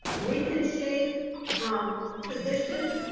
we can shave positions.